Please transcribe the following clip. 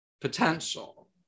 potential